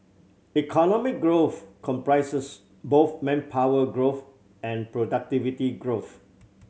economic growth comprises both manpower growth and productivity growth